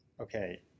okay